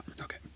Okay